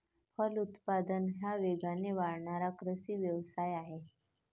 फलोत्पादन हा वेगाने वाढणारा कृषी व्यवसाय आहे